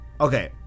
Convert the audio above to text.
Okay